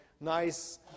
nice